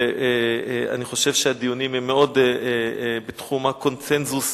ואני חושב שהדיונים הם בתחום הקונסנזוס.